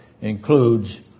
includes